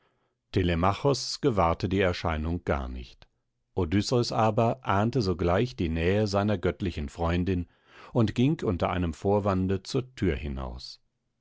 gewahrte die erscheinung gar nicht odysseus aber ahnte sogleich die nähe seiner göttlichen freundin und ging unter einem vorwande zur thür hinaus